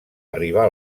arribar